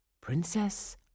Princess